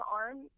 arm